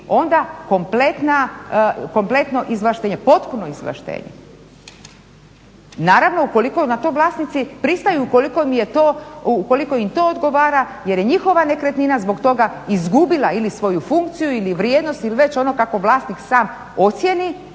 onda kompletno izvlaštenje, potpuno izvlaštenje. Naravno, ukoliko na to vlasnici pristaju, ukoliko im to odgovara jer je njihova nekretnina zbog toga izgubila ili svoju funkciju ili vrijednost ili već ono kako vlasnik sam ocjeni